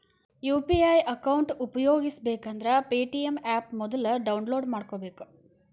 UPI account ಉಪಯೋಗಿಸಬೇಕಂದ್ರ Paytm app ಮೊದ್ಲ download ಮಾಡ್ಕೋಬೇಕು